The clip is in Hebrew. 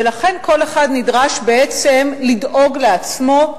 ולכן כל אחד בעצם נדרש לדאוג לעצמו,